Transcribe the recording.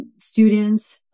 students